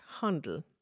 Handel